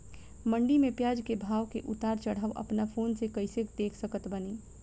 मंडी मे प्याज के भाव के उतार चढ़ाव अपना फोन से कइसे देख सकत बानी?